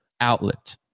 outlet